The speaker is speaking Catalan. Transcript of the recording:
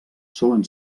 solen